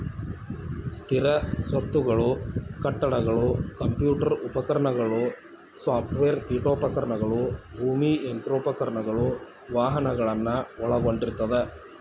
ಸ್ಥಿರ ಸ್ವತ್ತುಗಳು ಕಟ್ಟಡಗಳು ಕಂಪ್ಯೂಟರ್ ಉಪಕರಣಗಳು ಸಾಫ್ಟ್ವೇರ್ ಪೇಠೋಪಕರಣಗಳು ಭೂಮಿ ಯಂತ್ರೋಪಕರಣಗಳು ವಾಹನಗಳನ್ನ ಒಳಗೊಂಡಿರ್ತದ